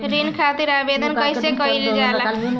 ऋण खातिर आवेदन कैसे कयील जाला?